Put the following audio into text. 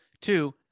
Two